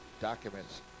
documents